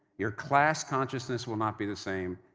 your class consciousness will not be the same,